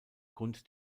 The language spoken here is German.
grund